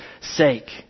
sake